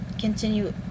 continue